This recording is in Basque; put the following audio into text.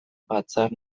batzar